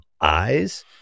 eyes